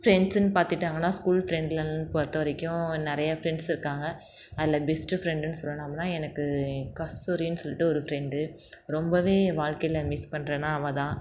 ஃப்ரெண்ட்ஸுன்னு பாத்துட்டிங்கன்னா ஸ்கூல் ஃப்ரெண்டில் பொறுத்த வரைக்கும் நிறைய ஃப்ரெண்ட்ஸ் இருக்காங்க அதில் பெஸ்ட் ஃப்ரெண்டுன்னு சொல்லணும்னா எனக்கு கஸ்தூரின்னு சொல்லிட்டு ஒரு ஃப்ரெண்டு ரொம்ப வாழ்க்கையில் மிஸ் பண்ணுறேனா அவள்தான்